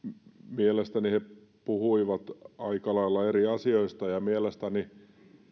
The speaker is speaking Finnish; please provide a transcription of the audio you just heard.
mielestäni he puhuivat aika lailla eri asioista mielestäni